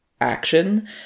action